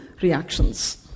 reactions